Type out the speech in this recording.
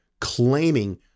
claiming